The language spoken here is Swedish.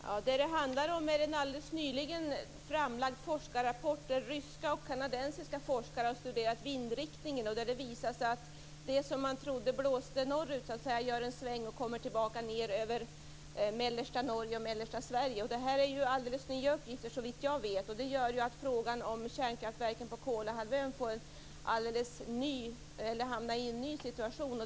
Herr talman! Vad det handlar om är en alldeles nyligen framlagd forskarrapport där ryska och kanadensiska forskare har studerat vindriktningen. Där har det visat sig att det som man trodde blåste norrut så att säga gör en sväng och kommer ned över mellersta Norge och mellersta Sverige. Det här är alldeles nya uppgifter såvitt jag vet. De gör ju att frågan om kärnkraftverken på Kolahalvön hamnar i en ny situation.